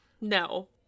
No